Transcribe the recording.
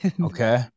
Okay